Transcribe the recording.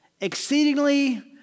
exceedingly